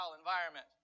environment